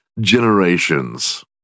generations